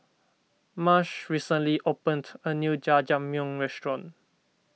Marsh recently opened a new Jajangmyeon restaurant